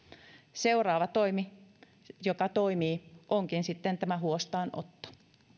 seuraava toimi joka toimii onkin sitten tämä huostaanotto